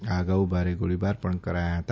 આ અગાઉ ભારે ગોળીબાર પણ કર્યા ફતા